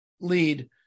lead